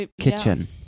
kitchen